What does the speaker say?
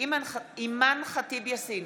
אימאן ח'טיב יאסין,